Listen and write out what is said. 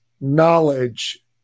knowledge